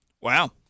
Wow